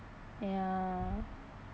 ya